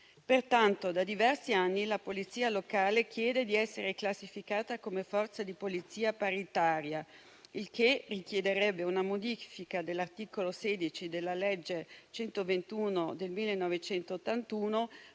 Peraltro, da diversi anni la Polizia locale chiede di essere classificata come Forza di polizia "paritaria", il che richiederebbe una modifica dell'articolo 16 della legge n. 121 del 1981,